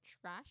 trash